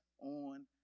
on